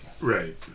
right